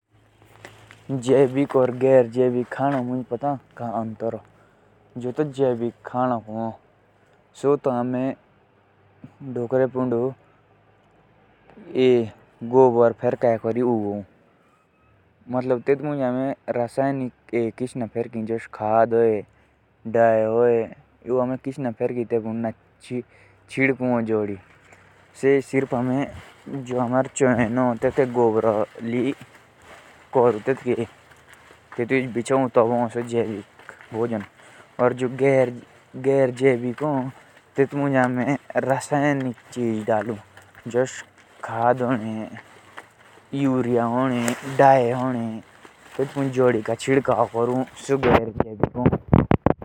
जैविक और गैर जैविक में ऐसा होता है। जो तो जैविक होता है वो हम जब सब्जियाँ लगाते हैं तो हम उसपर पशुओं का गोबर फेंकते हैं। पर जो गैर जैविक होता है उसमें यूरिया जैसी खाद फेंकते हैं तो वो गैर जैविक होता है।